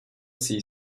sie